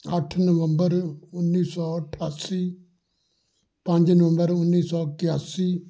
ਅੱਠ ਨਵੰਬਰ ਉੱਨੀ ਸੌ ਅਠਾਸੀ ਪੰਜ ਨਵੰਬਰ ਉੱਨੀ ਸੌ ਇਕਿਆਸੀ